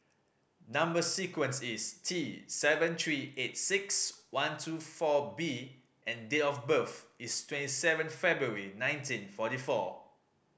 number sequence is T seven three eight six one two four B and date of birth is twenty seven February nineteen forty four